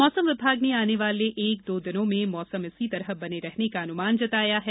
मौसम विभाग ने आने वाले एक दो दिनों में मौसम इसी तरह बने रहने का अनुमान जताया है